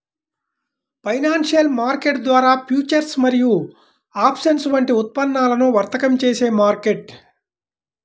financial market ద్వారా futures మరియు options వంటి ఉత్పన్నాలను వర్తకం చేసే మార్కెట్